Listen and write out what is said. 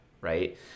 Right